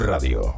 Radio